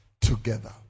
together